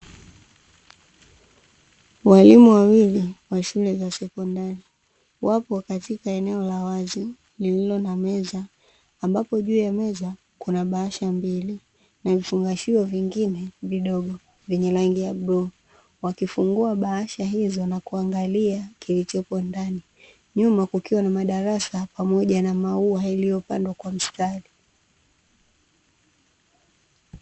Walimu wawili wa shule za sekondari wapo katika eneo la wazi lililo na meza, ambapo juu ya meza kuna bahasha mbili na vifungashio vingine vidogo vyenye rangi ya bluu, wakifungua bahasha hizo na kuangalia kilichopo ndani, nyuma kukiwa na madarasa pamoja na maua yaliyopandwa kwa mstari.